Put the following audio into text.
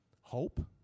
hope